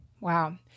Wow